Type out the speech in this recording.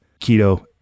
keto